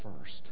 first